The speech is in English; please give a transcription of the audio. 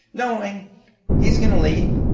knowing he's going to leave.